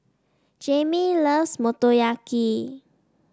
Jaimee loves Motoyaki